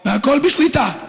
והכול בשליטה,